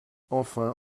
enfin